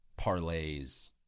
parlays